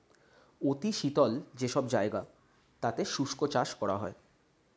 অতি শীতল যে সব জায়গা তাতে শুষ্ক চাষ করা হয়